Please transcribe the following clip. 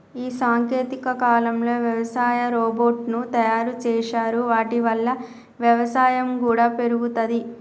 ఈ సాంకేతిక కాలంలో వ్యవసాయ రోబోట్ ను తయారు చేశారు వాటి వల్ల వ్యవసాయం కూడా పెరుగుతది